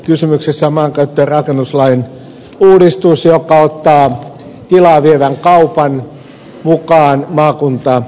kysymyksessä on maankäyttö ja rakennuslain uudistus joka ottaa tilaa vievän kaupan mukaan maakuntakaavaan